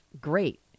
great